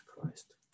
Christ